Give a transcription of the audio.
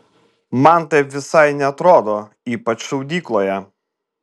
man taip visai neatrodo ypač šaudykloje